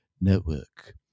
Network